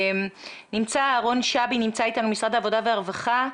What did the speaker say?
נמצא אתנו אהרון שבי ממשרד העבודה והרווחה.